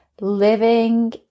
living